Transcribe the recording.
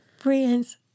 friends